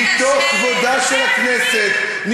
מפאת כבודה של הכנסת,